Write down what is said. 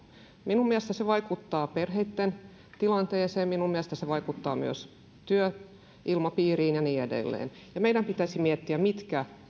minun mielestäni se vaikuttaa perheitten tilanteeseen minun mielestäni se vaikuttaa myös työilmapiiriin ja niin edelleen ja meidän pitäisi miettiä mitkä